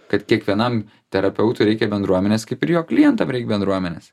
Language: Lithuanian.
kad kiekvienam terapeutui reikia bendruomenės kaip ir jo klientam reik bendruomenės